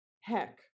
heck